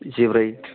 जिब्रै